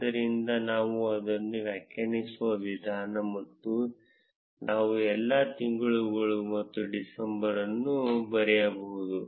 ಆದ್ದರಿಂದ ನಾವು ಅದನ್ನು ವ್ಯಾಖ್ಯಾನಿಸುವ ವಿಧಾನ ಮತ್ತು ನಾವು ಎಲ್ಲಾ ತಿಂಗಳುಗಳು ಮತ್ತು ಡಿಸೆಂಬರ್ ಅನ್ನು ಬರೆಯಬಹುದು